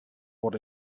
what